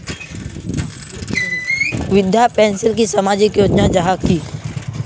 विधवा पेंशन की सामाजिक योजना जाहा की?